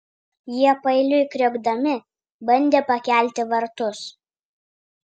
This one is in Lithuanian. jie paeiliui kriokdami bandė pakelti vartus